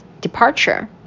departure